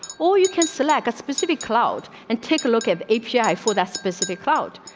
or you can select a specific cloud and take a look at the a p i for that specific cloud.